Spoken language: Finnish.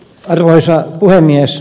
arvoisa puhemies